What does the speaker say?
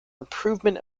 improvement